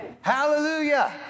Hallelujah